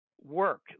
work